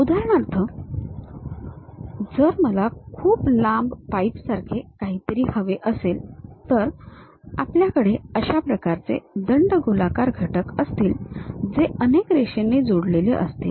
उदाहरणार्थ जर मला खूप लांब पाईप सारखे काहीतरी हवे असेल तर आपल्याकडे अशा प्रकारचे दंडगोलाकार घटक असतील जे अनेक रेषेने जोडलेले असतील